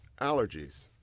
Allergies